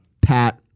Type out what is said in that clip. Pat